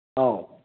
ꯑꯧ